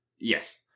Yes